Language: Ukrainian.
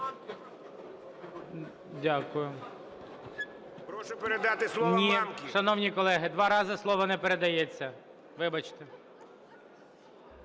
Дякую.